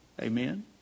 Amen